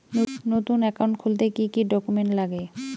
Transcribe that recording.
নতুন একাউন্ট খুলতে কি কি ডকুমেন্ট লাগে?